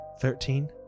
Thirteen